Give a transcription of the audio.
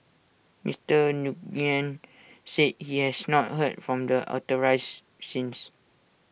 Mister Nguyen said he has not heard from the authorise since